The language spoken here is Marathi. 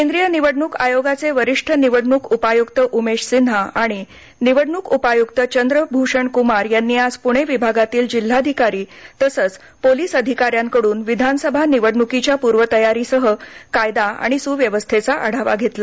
केंद्रीय निवडणुक आयोगाचे वरिष्ठ निवडणुक उपायुक्त उमेश सिन्हा आणि निवडणूक उपायुक्त चंद्रभूषण कुमार यांनी आज पुणे विभागातील जिल्हाधिकारी तसंच पोलीस अधिकाऱ्यांकडून विधानसभा निवडण्कीच्या पूर्वतयारीसह कायदा आणि स्व्यवस्थेचा आढावा घेतला